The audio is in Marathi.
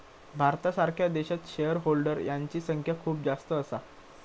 भारतासारख्या देशात शेअर होल्डर यांची संख्या खूप जास्त असा